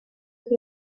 days